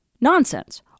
nonsense